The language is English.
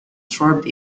served